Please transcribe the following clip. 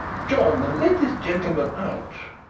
john, let this gentleman out.